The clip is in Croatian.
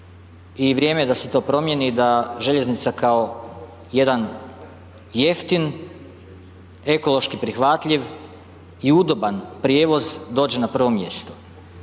i vrijeme je da se to promijeni i da željeznica kao jedan jeftin, ekološki prihvatljiv i udoban prijevoz dođe na prvo mjesto.